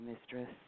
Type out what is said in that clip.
mistress